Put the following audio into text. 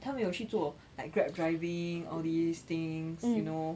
他们有去做 like grab driving all these things you know